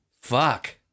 Fuck